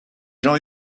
jean